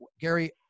Gary